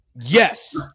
Yes